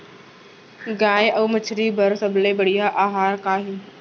गाय अऊ मछली बर सबले बढ़िया आहार का हे?